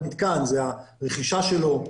הרכישה שלו.